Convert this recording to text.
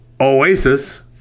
Oasis